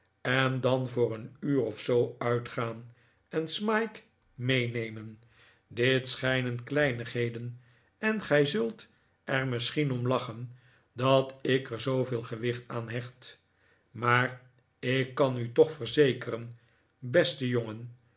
en dan voor een uur of zoo uitgaan en smike meenemen dit schijnen kleinigheden en gij zult er misschien om lachen dat ik er zooveel gewicht aan hecht maar ik kan u toch verzekeren beste jongen